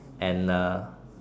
and uh